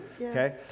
okay